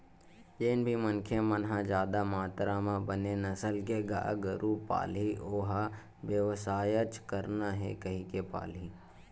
जेन भी मनखे मन ह जादा मातरा म बने नसल के गाय गरु पालही ओ ह बेवसायच करना हे कहिके पालही